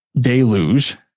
deluge